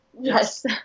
Yes